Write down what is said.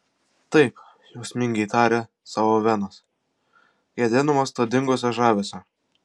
taip jausmingai tarė sau ovenas gedėdamas to dingusio žavesio